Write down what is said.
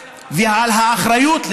והאחריות,